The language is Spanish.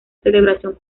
celebración